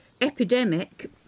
epidemic